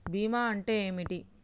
బీమా అంటే ఏమిటి?